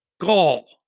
gall